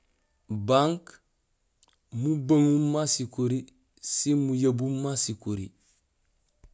Banque mubaŋuum ma sikori siin muyabuum ma sikori